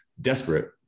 desperate